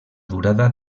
durada